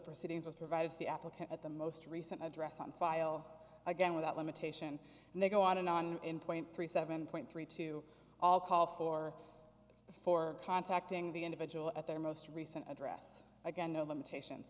proceedings was provided for the applicant at the most recent address on file again without limitation and they go on and on in point three seven point three two all call for for contacting the individual at their most recent address again no limitations